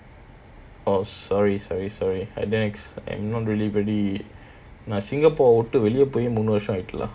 oh sorry sorry sorry I didn't I'm not really really நான்:naan singapore ஆஹ் விட்டு வெளிய போய் மூணு வர்ஷம் ஆவ்த்து:aah vitdu veliya pooi muunu varsham aavththu lah